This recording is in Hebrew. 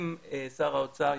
אם שר האוצר,